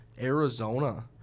Arizona